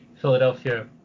Philadelphia